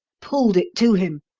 pulled it to him,